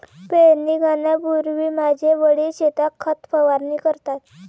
पेरणी करण्यापूर्वी माझे वडील शेतात खत फवारणी करतात